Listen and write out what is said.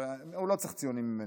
הוא לא צריך ציונים ממני,